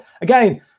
again